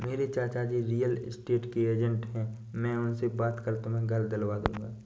मेरे चाचाजी real estate के एजेंट है मैं उनसे बात कर तुम्हें घर दिलवा दूंगा